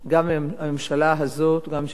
גם הממשלה הזאת, גם ממשלת ישראל,